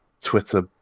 Twitter